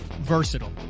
versatile